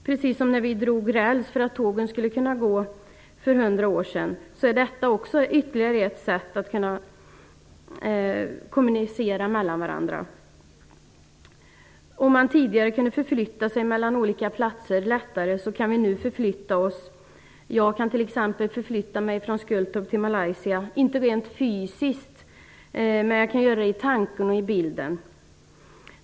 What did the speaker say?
Precis som när vi drog räls för att tågen skulle kunna gå för hundra år sedan, är detta ytterligare att sätt att kommunicera med varandra. Tidigare kunde man med tåget lättare förflytta sig mellan olika platser. Nu kan jag t.ex. förflytta mig från Skultorp till Malaysia - inte rent fysiskt men i tanke och bild.